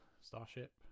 Starship